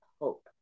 hope